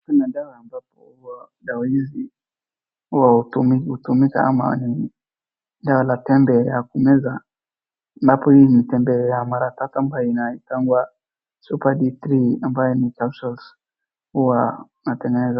Kuna dawa ambapo huwa dawa hizi huwa hutumika hutumika ama ni dawa yatembe ya kumeza, inapo hii ni tembe ya mara tatu ambayo inaitangwa super D Three ambaye ni capsules huwa inatengeneza.